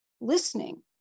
listening